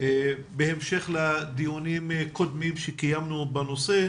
בהמשך לדיונים קודמים שקיימנו בנושא,